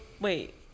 Wait